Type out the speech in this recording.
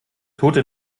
tote